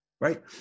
right